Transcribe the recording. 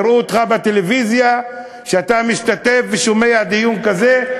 יראו בטלוויזיה שאתה משתתף ושומע דיון כזה.